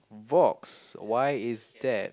Vox why is that